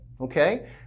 okay